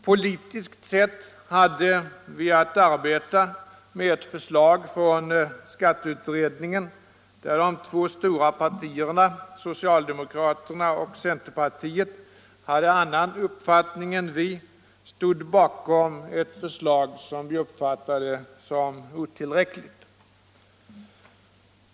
Politiskt sett hade vi att arbeta med ett förslag från skatteutredningen, där de två stora partierna, socialdemokraterna och centerpartiet, hade annan uppfattning än vi och stod bakom ett förslag som vi uppfattade som otillräckligt.